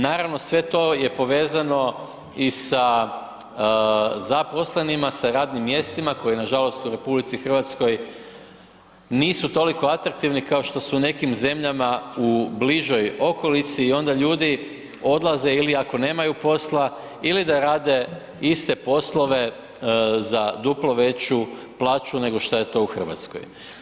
Naravno, sve to je povezano i sa zaposlenima, sa radnim mjestima koji nažalost u RH nisu toliko atraktivni kao što su u nekim zemljama u bližoj okolici i onda ljudi odlaze ili ako nemaju posla ili da rade iste poslove za duplo veću plaću nego šta je to u RH.